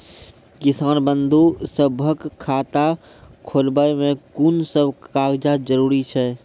किसान बंधु सभहक खाता खोलाबै मे कून सभ कागजक जरूरत छै?